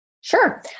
Sure